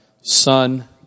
son